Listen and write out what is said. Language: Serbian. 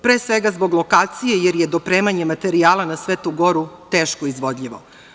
Pre svega zbog lokacije, jer je dopremanje materijala na Svetu goru teško izvodljivo.